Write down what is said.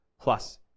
plus